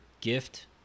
gift